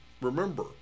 remember